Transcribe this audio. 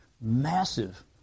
massive